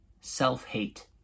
self-hate